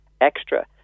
Extra